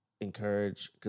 encourage